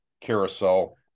carousel